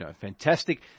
fantastic